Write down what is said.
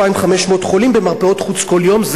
2,500 חולים במרפאות חוץ כל יום,